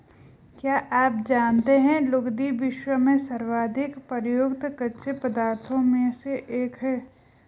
क्या आप जानते है लुगदी, विश्व में सर्वाधिक प्रयुक्त कच्चे पदार्थों में से एक है?